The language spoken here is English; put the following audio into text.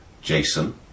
Jason